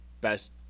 best